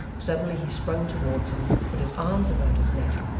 suddenly he sprung towards him, put his arms about his neck,